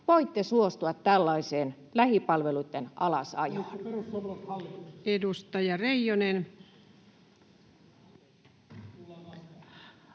voitte suostua tällaiseen lähipalveluitten alasajoon?